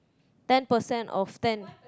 ten percent of ten